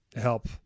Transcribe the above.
help